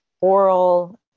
oral